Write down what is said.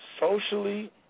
Socially